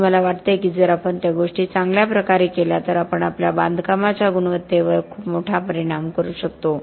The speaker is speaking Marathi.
आणि मला वाटते की जर आपण त्या गोष्टी चांगल्या प्रकारे केल्या तर आपण आपल्या बांधकामाच्या गुणवत्तेवर खूप मोठा परिणाम करू शकतो